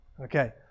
Okay